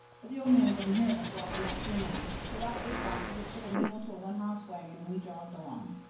but the old man wouldn't hear of us walking that three miles. so about eight o'clock he hitched up a mule to a one-hoss wagon, and we jogged along.